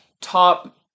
top